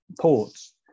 ports